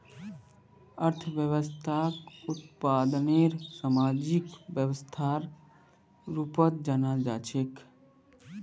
अर्थव्यवस्थाक उत्पादनेर सामाजिक व्यवस्थार रूपत जानाल जा छेक